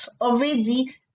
already